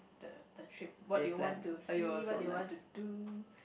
the the trip what do you want to see what do you want to do